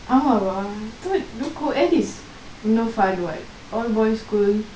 ஆமாவா:aamaavaa I thought coed is more fun what all boys school